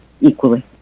equally